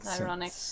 Ironic